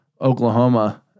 Oklahoma